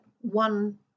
one